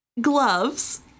gloves